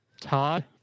Todd